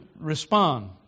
respond